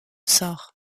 sort